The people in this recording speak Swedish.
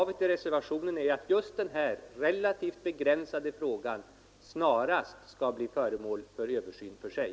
Vi anser dock att man inte kan vänta på detta och därför bör bouppteckningsreglerna ses över för sig.